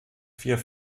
vier